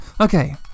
Okay